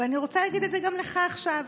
ואני רוצה להגיד את זה גם לך עכשיו,